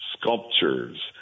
sculptures